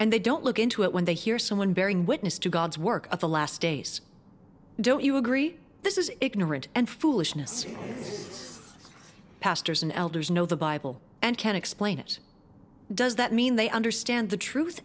and they don't look into it when they hear someone bearing witness to god's work of the last days don't you agree this is ignorant and foolishness pastors and elders know the bible and can explain it does that mean they understand the truth